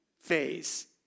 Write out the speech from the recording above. phase